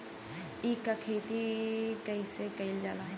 ईख क खेती कइसे कइल जाला?